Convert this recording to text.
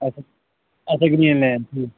اچھا اچھا Greenland ٹھیٖک